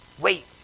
Wait